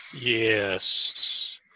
Yes